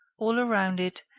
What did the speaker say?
all around it,